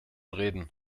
reden